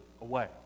away